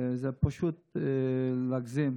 וזה פשוט להגזים.